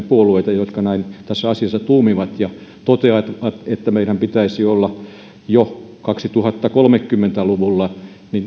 puolueita jotka näin tässä asiassa tuumivat ja toteavat että meidän pitäisi olla jo kaksituhattakolmekymmentä luvulla